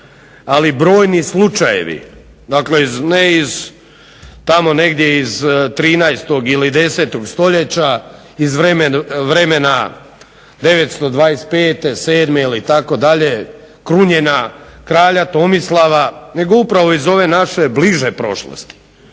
ali brojni slučajevi, dakle ne iz tamo negdje iz 13. ili 10. stoljeća iz vremena 925., sedme ili tako dalje krunjenja kralja Tomislava, nego upravo iz ove naše bliže prošlosti